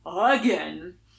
again